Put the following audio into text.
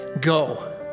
go